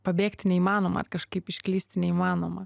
pabėgti neįmanoma kažkaip išklysti neįmanoma